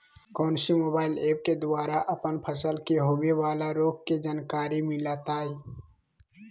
कौन सी mobile app के द्वारा अपन फसल के होबे बाला रोग के जानकारी मिलताय?